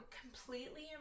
completely